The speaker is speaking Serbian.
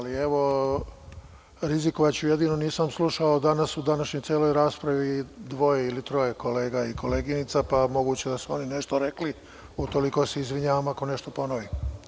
Rizikovaću, jedino nisam slušao danas u današnjoj celoj raspravi dvoje ili troje kolega i koleginica, moguće je da su oni nešto rekli u toliko se izvinjavam ako nešto ponovim.